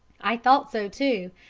i thought so, too,